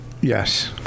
Yes